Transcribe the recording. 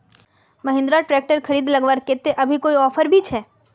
Mahindra tractor खरीद लगवार केते अभी कोई ऑफर भी छे?